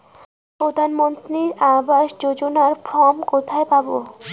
প্রধান মন্ত্রী আবাস যোজনার ফর্ম কোথায় পাব?